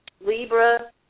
Libra